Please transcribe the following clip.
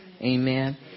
Amen